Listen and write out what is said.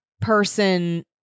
person